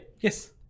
yes